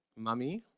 mummy,